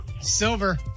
Silver